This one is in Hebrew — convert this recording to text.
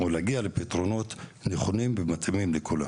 או להגיע לפתרונות הנכונים והמתאימים לכולם.